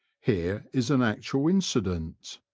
here is an actual incident.